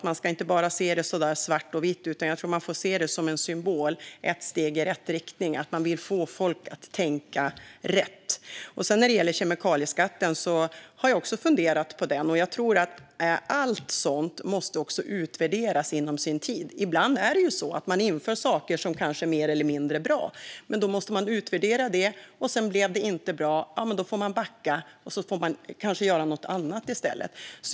Man kan inte se det så svart och vitt, utan man får se det som en symbol och ett steg i rätt riktning för att få folk att tänka rätt. Jag har också funderat på kemikalieskatten. Allt sådant måste utvärderas. Ibland inför man sådant som är mer eller mindre bra, och sedan får man utvärdera det. Blev det inte bra får man backa och kanske göra något annat i stället.